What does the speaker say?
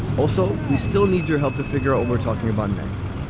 also, we still need your help to figure out what we're talking about next.